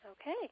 Okay